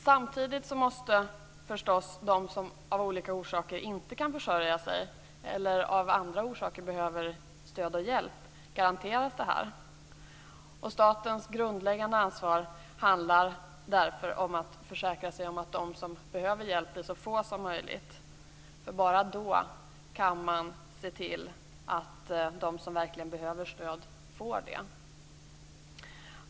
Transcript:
Samtidigt måste förstås de som av olika orsaker inte kan försörja sig eller som av andra orsaker behöver stöd och hjälp garanteras det. Statens grundläggande ansvar handlar därför om att försäkra sig om att de som behöver hjälp blir så få som möjligt. Bara då kan man se till att de som verkligen behöver stöd får det.